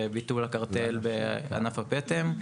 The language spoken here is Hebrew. ביטול הקרטל בענף הפטם,